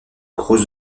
gros